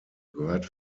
gehört